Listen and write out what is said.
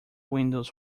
windows